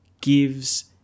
gives